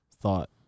thought